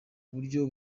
buryo